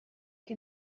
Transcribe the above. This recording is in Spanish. que